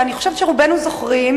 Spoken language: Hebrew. שאני חושבת שרובנו זוכרים,